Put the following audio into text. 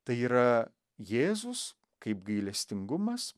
tai yra jėzus kaip gailestingumas